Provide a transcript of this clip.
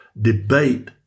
debate